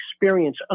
experience